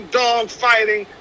dog-fighting